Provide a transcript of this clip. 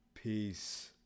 Peace